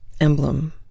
emblem